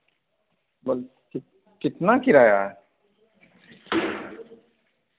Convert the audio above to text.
बोले कित कितना किराया है